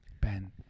Ben